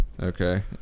okay